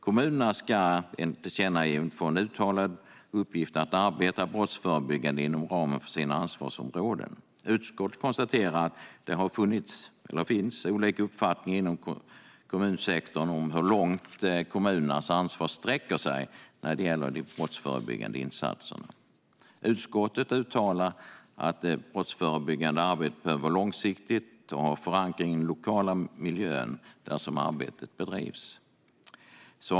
Kommunerna ska enligt tillkännagivandet få en uttalad uppgift att arbeta brottsförebyggande inom ramen för sina ansvarsområden. Utskottet konstaterar att det har funnits, eller finns, olika uppfattningar inom kommunsektorn om hur långt kommunernas ansvar sträcker sig när det gäller de brottsförebyggande insatserna. Utskottet uttalar att det brottsförebyggande arbetet behöver vara långsiktigt och ha en förankring i den lokala miljön där arbetet bedrivs.